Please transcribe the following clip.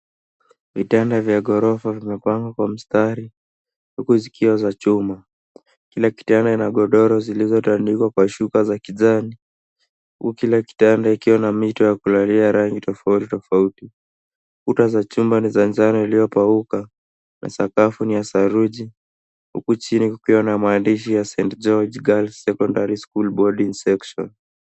Vitanda vya ghorofa vimepangwa kwa mstari huku zikiwa za chuma. Kila kitanda ina godoro zilizotandikwa Kwa shuka za kijani huku kila kitanda kikiwa na mito ya kulalia ya rangi tofauti tofauti. Kuta za chumba ni za njano iliyopauka na sakafu ni ya saruji huku chini kukiwa na maandishi ya St.George girls secondary school boarding section.